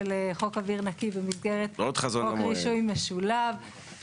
חוק אוויר נקי במסגרת חוק רישוי משולב,